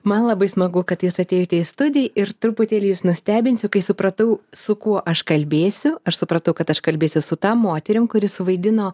man labai smagu kad jūs atėjote į studiją ir truputėlį jus nustebinsiu kai supratau su kuo aš kalbėsiu aš supratau kad aš kalbėsiu su ta moterim kuri suvaidino